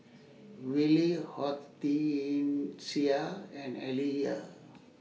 Willie Hortencia and Aaliyah